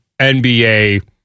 NBA